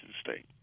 state